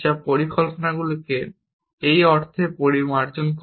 যা পরিকল্পনাগুলিকে এই অর্থে পরিমার্জিত করে